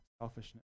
selfishness